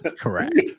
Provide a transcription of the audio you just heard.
Correct